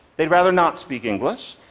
they'd rather not speak english.